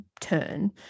turn